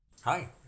Hi